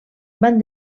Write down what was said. van